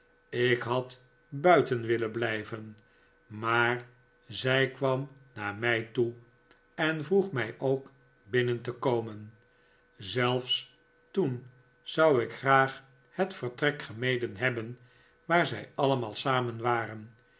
ik had buiten willen blijven maar zij kwam naar mij toe en vroeg mij ook binnen te komen zelfs toen zou ik graag het vertrek gemeden hebben waar zij allemaal samen waren